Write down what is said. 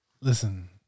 Listen